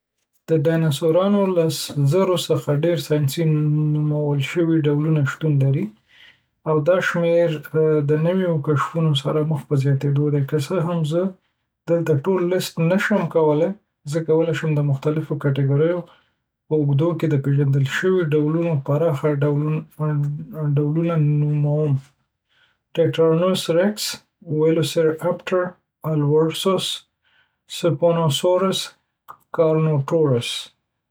د ډایناسورانو له زرو څخه ډیر ساینسي نومول شوي ډولونه شتون لري، او دا شمیر د نویو کشفونو سره مخ په زیاتیدو دی. که څه هم زه دلته ټول لیست نشم کولی، زه کولی شم د مختلفو کټګوریو په اوږدو کې د پیژندل شویو ډولونو پراخه ډولون - ډولونه نوموم: ټیرانوسورس ریکس. ویلوسیراپټر الوسورس سپینوسورس کارنوټورس